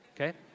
okay